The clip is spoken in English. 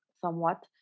somewhat